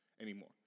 anymore